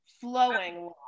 flowing